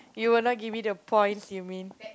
you will not give me the points you mean